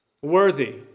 Worthy